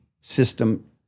system